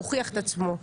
הוכיח את עצמו.